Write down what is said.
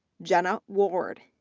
jenna ward,